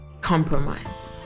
compromise